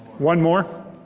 one more?